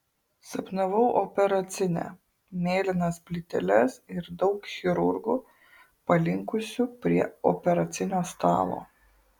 sapnavau operacinę mėlynas plyteles ir daug chirurgų palinkusių prie operacinio stalo